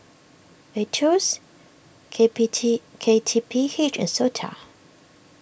Aetos K P T K T P H and Sota